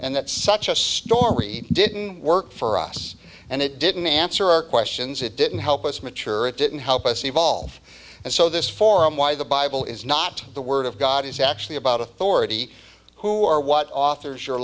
that such a story didn't work for us and it didn't answer our questions it didn't help us mature it didn't help us evolve and so this forum why the bible is not the word of god is actually about authority who or what authors you